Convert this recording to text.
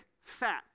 fat